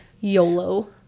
YOLO